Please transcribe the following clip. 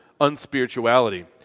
unspirituality